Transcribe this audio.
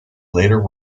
later